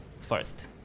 first